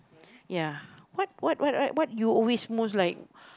ya what what what what you always most like